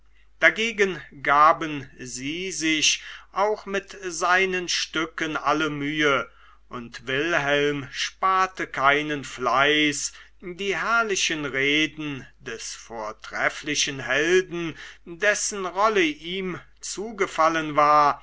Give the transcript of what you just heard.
dagegen gaben sie sich auch mit seinen stücken alle mühe und wilhelm sparte keinen fleiß die herrlichen reden des vortrefflichen helden dessen rolle ihm zugefallen war